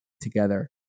together